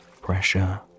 pressure